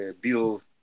Bill